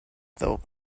though